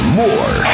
more